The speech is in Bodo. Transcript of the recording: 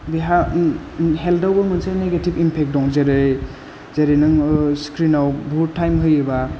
बेहा हेल्थावबो मोनसे नेगेटिभ एमपेक्ट दं जेरै जेरै नों स्क्रिनाव बुहुद टाइम होयोबा